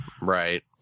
Right